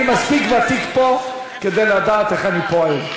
אני מספיק ותיק פה כדי לדעת איך אני פועל.